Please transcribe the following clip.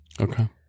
Okay